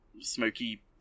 smoky